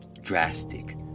drastic